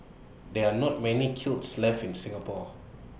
there are not many kilns left in Singapore